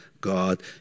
God